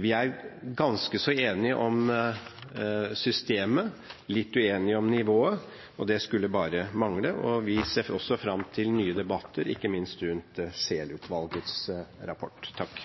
Vi er ganske så enige om systemet, litt uenige om nivået. Det skulle bare mangle, og vi ser også fram til nye debatter, ikke minst rundt Scheel-utvalgets rapport.